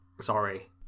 Sorry